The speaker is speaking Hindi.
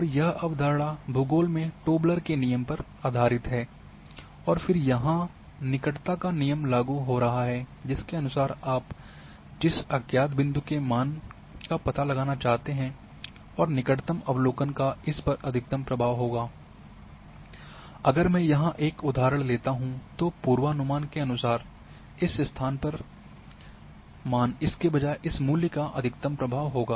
और यह अवधारणा भूगोल में टोबलर के नियम पर आधारित है और फिर से यहाँ निकटता का नियम लागु हो रहा है जिसके अनुसार आप जिस अज्ञात बिंदु के मान पता लगाना चाहते हैं और निकटतम अवलोकन का इस पर अधिकतम प्रभाव होगा अगर मैं यहां एक उदाहरण लेता हूं तो पूर्वानुमान के अनुसार इस स्थान पर मान पर इसके बजाय इस मूल्य का अधिकतम प्रभाव होगा